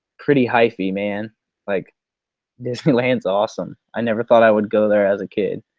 pretty hypee man like disneyland's awesome, i never thought i would go there as a kid.